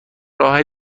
راه